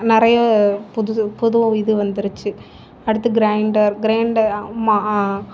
நிறைய புதுசு புது விதம் வந்துடுச்சி அடுத்து கிரைண்டர் கிரைண்டர் அம்மா